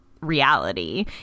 reality